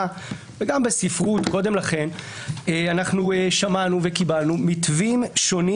וגם בספרות קודם לכן אנחנו שמענו וקיבלנו מתווים שונים